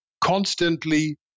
constantly